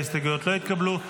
ההסתייגויות לא התקבלו.